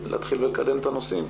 להתחיל לקדם את הנושאים,